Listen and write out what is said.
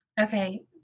Okay